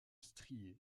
strié